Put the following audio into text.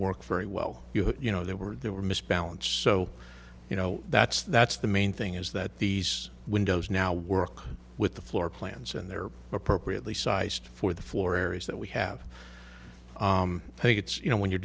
work very well you know they were they were missed balance so you know that's that's the main thing is that these windows now work with the floor plans and they're appropriately sized for the floor areas that we have i think it's you know when you're